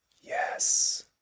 Yes